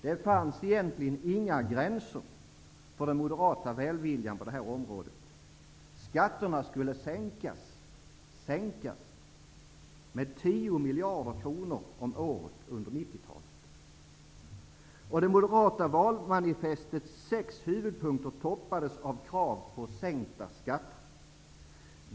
Det fanns egentligen inga gränser för den moderata välviljan på detta område. Skatterna skulle ju sänkas med 10 miljarder om året under 90-talet. Det moderata valmanifestets sex huvudpunkter toppades av krav på sänkta skatter.